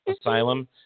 Asylum